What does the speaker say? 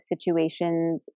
situations